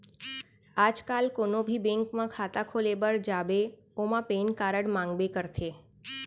आज काल कोनों भी बेंक म खाता खोले बर जाबे ओमा पेन कारड मांगबे करथे